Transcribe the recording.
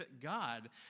God